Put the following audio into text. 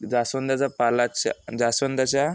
जास्वंदाचा पाल्याचा जास्वंदाच्या